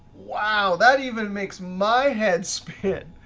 wow, that even makes my head spin.